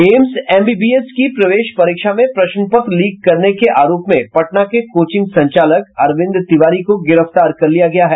AIIMS MBBS की प्रवेश परीक्षा में प्रश्न पत्र लीक करने के आरोप में पटना के कोचिंग संचालक अरविंद तिवारी को गिरफ्तार किया गया है